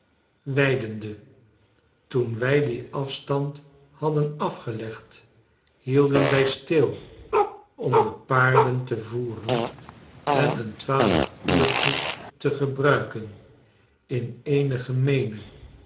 weidende toen wij dien afstand hadden afgelegd hielden wij stil om de paarden te voeren en een twaalf-uurtje te gebruiken in eene